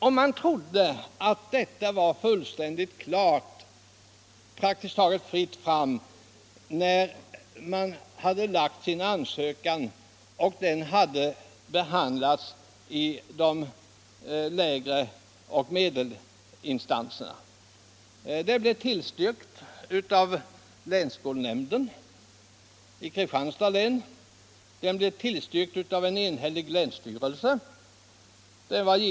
Och man trodde att saken var klar och att det var praktiskt taget fritt fram, när ansökan hade behandlats i de lägre instanserna och i medelinstanserna. Den tillstyrktes av länsskolnämnden i Kristianstads län och av en enhällig länsstyrelse.